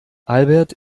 albert